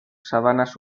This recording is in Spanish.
sabanas